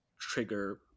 trigger